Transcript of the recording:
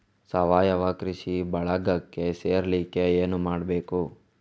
ಸಾವಯವ ಕೃಷಿ ಬಳಗಕ್ಕೆ ಸೇರ್ಲಿಕ್ಕೆ ಏನು ಮಾಡ್ಬೇಕು?